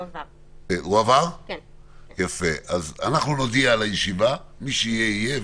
אנחנו נודיע על מועד הישיבה ומי שיהיה, יהיה.